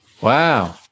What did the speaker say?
wow